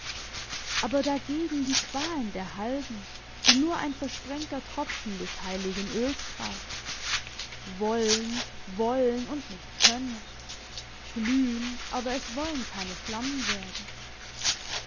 aber dagegen die qualen der halben die nur ein versprengter tropfen des heiligen öls traf wollen wollen und nicht können glühen aber es wollen keine flammen werden